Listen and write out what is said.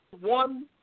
one